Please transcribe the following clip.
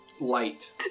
light